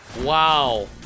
Wow